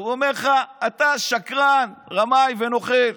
והוא אומר לך: אתה שקרן, רמאי ונוכל.